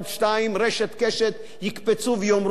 "קשת" יקפצו ויאמרו: גם אנחנו רוצים.